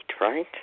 right